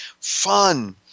Fun